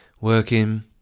working